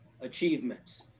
achievements